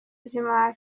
by’imari